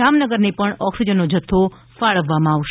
જામનગરને પણ ઓક્સિજનનો જથ્થો ફાળવવામાં આવશે